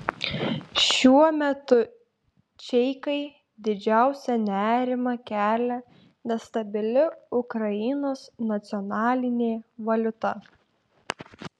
šiuo metu čeikai didžiausią nerimą kelia nestabili ukrainos nacionalinė valiuta